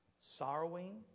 Sorrowing